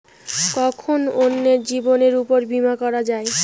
কখন অন্যের জীবনের উপর বীমা করা যায়?